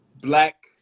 black